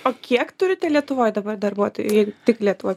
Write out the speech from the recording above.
o kiek turite lietuvoj dabar darbuotojų jeigu tik lietuvoj